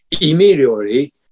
Immediately